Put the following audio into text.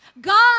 God